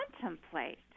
contemplate